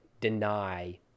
deny